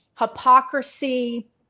hypocrisy